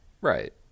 Right